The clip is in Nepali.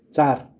चार